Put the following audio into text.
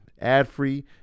ad-free